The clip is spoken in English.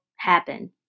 happen